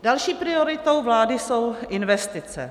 Další prioritou vlády jsou investice.